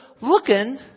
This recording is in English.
looking